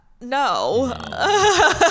no